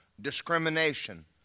discrimination